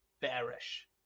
bearish